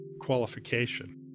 qualification